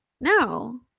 No